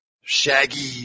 shaggy